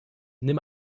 nimm